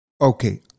Okay